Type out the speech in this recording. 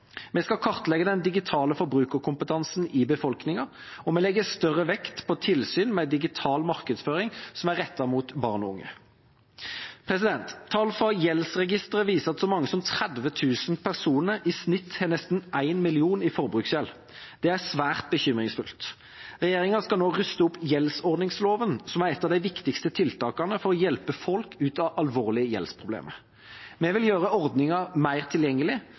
Vi skal kartlegge den digitale forbrukerkompetansen i befolkningen, og vi legger større vekt på tilsyn med digital markedsføring som er rettet mot barn og unge. Tall fra gjeldsregisteret viser at så mange som 30 000 personer i snitt har nesten 1 mill. kr i forbruksgjeld. Det er svært bekymringsfullt. Regjeringa skal nå ruste opp gjeldsordningsloven, som er et av de viktigste tiltakene for å hjelpe folk ut av alvorlige gjeldsproblemer. Vi vil gjøre ordningen mer tilgjengelig,